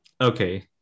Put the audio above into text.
Okay